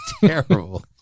terrible